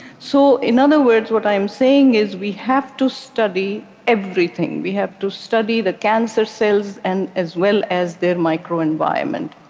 so in other words, what i'm saying is that we have to study everything. we have to study the cancer cells, and as well as their microenvironment.